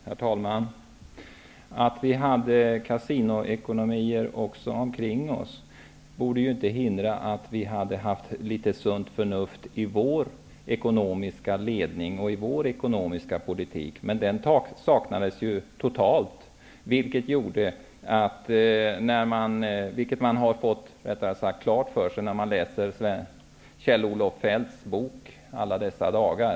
Herr talman! Det faktum att vi också hade kasinoekonomier omkring oss borde inte ha hindrat att det fanns litet sunt förnuft i vår ledning på ekonomisidan och i vår ekonomiska politik. Sunt förnuft saknades dock totalt. Det får man klart för sig när man läser Kjell-Olof Feldts bok Alla dessa dagar.